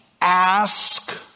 ask